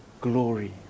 glory